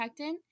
protectant